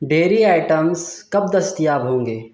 dairy items کب دستیاب ہوں گے